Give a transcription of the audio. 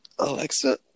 Alexa